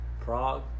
Prague